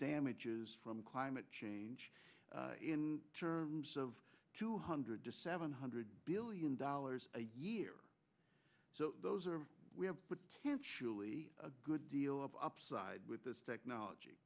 damages from climate change in terms of two hundred to seven hundred billion dollars a year so those are we have potentially a good deal of upside with this technology